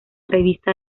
revista